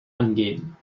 angehen